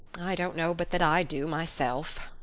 i don't know but that i do, myself,